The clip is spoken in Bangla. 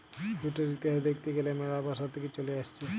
জুটের ইতিহাস দ্যাখতে গ্যালে ম্যালা বসর থেক্যে চলে আসছে